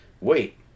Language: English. wait